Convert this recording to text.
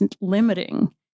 limiting